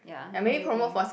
ya exactly